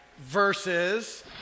versus